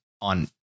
on